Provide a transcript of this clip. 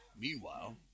Meanwhile